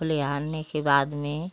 खुलिहारने के बाद में